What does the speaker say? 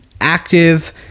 active